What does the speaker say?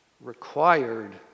required